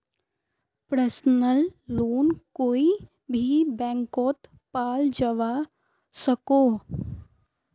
personal loan कोए भी बैंकोत पाल जवा सकोह